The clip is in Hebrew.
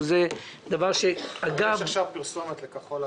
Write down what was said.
יש את הנושא של "תדמור",